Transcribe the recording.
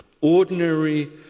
ordinary